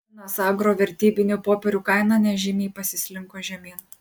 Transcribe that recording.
linas agro vertybinių popierių kaina nežymiai pasislinko žemyn